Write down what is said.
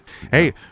Hey